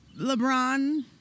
LeBron